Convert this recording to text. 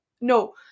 no